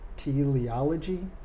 teleology